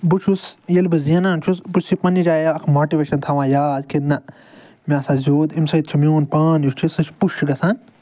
بہٕ چھُس ییٚلہِ بہٕ زینان چھُس بہٕ چھُسَے پنٛنہِ جایہِ یہِ اکھ ماٹِویشَن تھاوان یاد کہِ نَہ مےٚ ہسا زِیوٗد اَمہِ سۭتۍ چھِ میون پان یُس چھِ سُہ چھِ پُش گَژھان